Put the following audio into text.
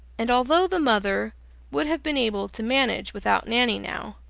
and although the mother would have been able to manage without nanny now,